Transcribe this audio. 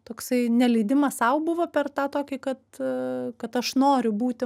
toksai neleidimas sau buvo per tą tokį kad kad aš noriu būti